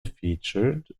featured